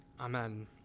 Amen